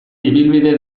ibilbide